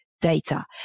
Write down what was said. data